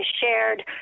shared